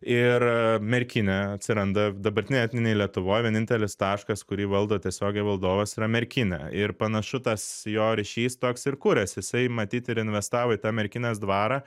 ir merkinė atsiranda dabartinėj etninėj lietuvoj vienintelis taškas kurį valdo tiesiogiai valdovas yra merkinė ir panašu tas jo ryšys toks ir kurias jisai matyt ir investavo į tą merkinės dvarą